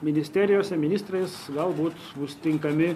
ministerijose ministrais galbūt bus tinkami